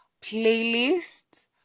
playlist